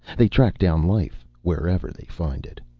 they track down life, wherever they find it.